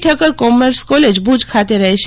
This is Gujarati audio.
ઠકકર કોર્મસ કોલેજ ભુજ ખાતે રહેશે